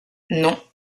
non